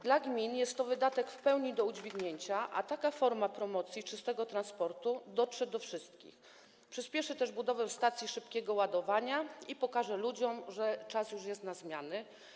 Dla gmin jest to wydatek w pełni do udźwignięcia, a taka forma promocji czystego transportu dotrze do wszystkich, przyspieszy też budowę stacji szybkiego ładowania i pokaże ludziom, że już jest czas na zmiany.